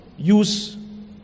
use